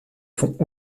font